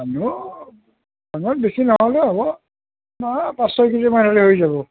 মানুহ ভাঙন বেছি নহ'লেও হ'ব পাঁচ ছয় কিলোমান হ'লে হৈ যাব